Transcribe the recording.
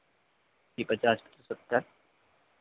जी पचास से सत्तर